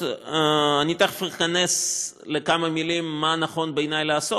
אני תכף אכנס בכמה מילים למה נכון בעיני לעשות,